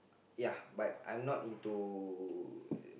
ya but I am not into